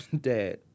dad